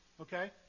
okay